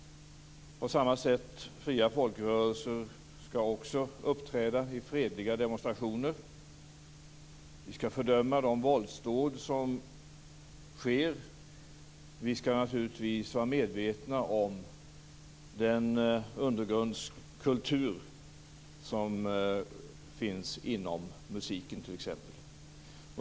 Fria folkrörelser skall också uppträda i fredliga demonstrationer. Vi skall fördöma de våldsdåd som sker. Vi skall naturligtvis vara medvetna om den undergrundskultur som finns inom musiken t.ex.